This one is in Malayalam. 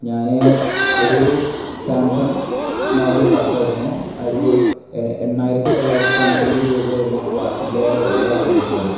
ഞാൻ ഒരു സാംസങ് മോഡൽ വാച്ചായിരുന്നു ആ ഒരു എണ്ണായിരത്തി തൊള്ളായിരത്തി തൊണ്ണൂറ്റി ഒമ്പത് രൂപയായിരുന്നു വാച്ചിൻ്റെ വില പറഞ്ഞിരുന്നത്